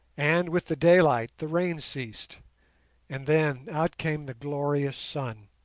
and, with the daylight, the rain ceased and then, out came the glorious sun,